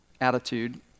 attitude